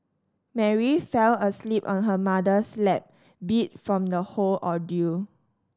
Mary fell asleep on her mother's lap beat from the whole ordeal